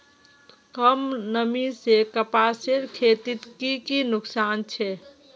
कम नमी से कपासेर खेतीत की की नुकसान छे?